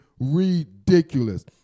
ridiculous